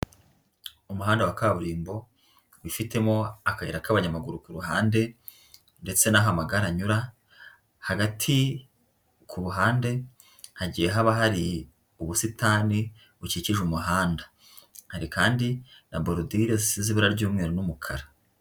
Umuhanda wa kaburimbo wifitemo akayira k'abanyamaguru ku ruhande ndetse n'aho amagare anyura hagati ku ruhande hagiye haba hari ubusitani bukikije umuhanda, hari kandi na borudire zisize ibara ry'umweru n'umukara.